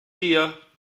dir